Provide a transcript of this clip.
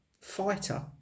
fighter